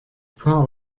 point